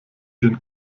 den